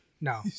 No